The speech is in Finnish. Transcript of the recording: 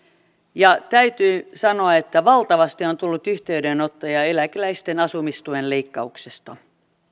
täytyy sanoa että valtavasti on tullut yhteydenottoja eläkeläisten asumistuen leikkauksesta